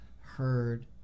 heard